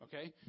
okay